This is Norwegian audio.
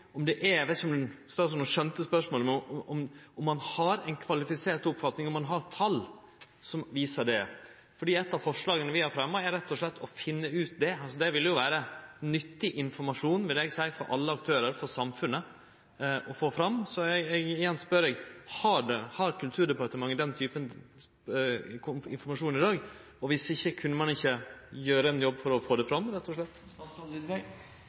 eg veit ikkje om statsråden skjønte spørsmålet – om ein har ei kvalifisert oppfatning, om ein har tal som viser det. For eit av forslaga vi har fremja, er rett og slett å finne ut dette – det vil vere nyttig informasjon, vil eg seie, for alle aktørar og for samfunnet å få fram. Så igjen spør eg: Har Kulturdepartementet den typen informasjon i dag, og viss ikkje, kunne ein ikkje gjere ein jobb for å få det fram, rett og slett? Det er sikkert mange ting man kunne ha funnet ytterligere svar på, men Stortinget vedtok altså i